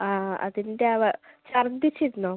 ആ അതിൻ്റെ ആവാം ഛർദ്ദിച്ചിരുന്നോ